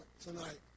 tonight